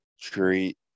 treat